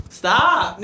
Stop